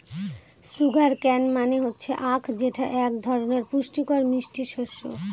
sugar cane মানে হচ্ছে আঁখ যেটা এক ধরনের পুষ্টিকর মিষ্টি শস্য